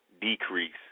decrease